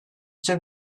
için